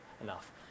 enough